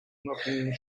unabhängigen